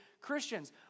Christians